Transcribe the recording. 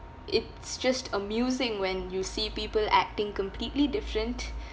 it's just amusing when you see people acting completely different